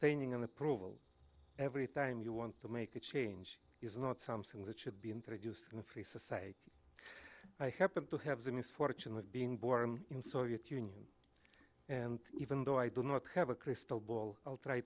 painting in approval every time you want to make a change is not something that should be introduced in a free society i happen to have the misfortune of being born in soviet union and even though i do not have a crystal ball i'll try